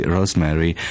Rosemary